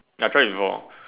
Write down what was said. ya I try before